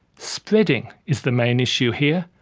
spreading is the main issue here.